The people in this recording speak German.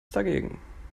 dagegen